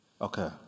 Okay